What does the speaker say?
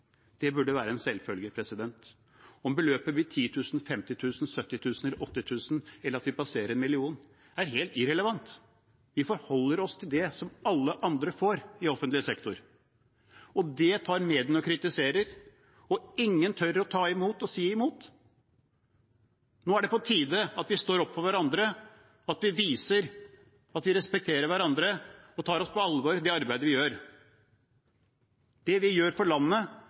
Det burde være en selvfølge. Om beløpet blir 10 000 kr, 50 000 kr, 70 000 kr, 80 000 kr eller så stort at vi passerer 1 mill. kr, er helt irrelevant. Vi forholder oss til det som alle andre i offentlig sektor får. Det kritiserer mediene, og ingen tør å stå imot og si imot. Nå er det på tide at vi står opp for hverandre, viser at vi respekterer hverandre og tar på alvor det arbeidet vi gjør. Det vi gjør for landet,